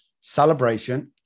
celebration